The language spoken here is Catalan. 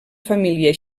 família